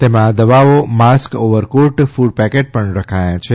તેમાં દવાઓ mask overcoat ફ્રડ પેકેટ પણ રખાયાં છે